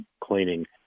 cleaning